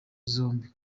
zombi